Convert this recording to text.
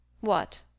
What